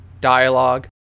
dialogue